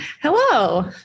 Hello